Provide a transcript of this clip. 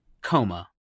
COMA